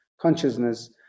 consciousness